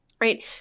Right